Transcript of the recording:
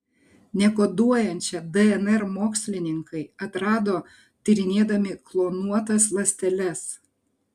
nekoduojančią dnr mokslininkai atrado tyrinėdami klonuotas ląsteles